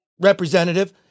representative